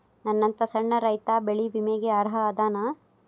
ನನ್ನಂತ ಸಣ್ಣ ರೈತಾ ಬೆಳಿ ವಿಮೆಗೆ ಅರ್ಹ ಅದನಾ?